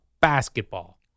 basketball